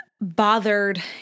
bothered